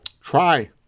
Try